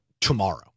tomorrow